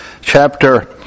chapter